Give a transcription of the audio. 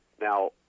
Now